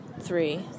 three